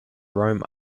roma